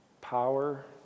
power